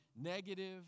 negative